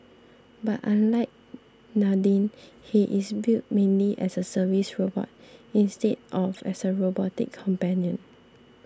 but unlike Nadine he is built mainly as a service robot instead of as a robotic companion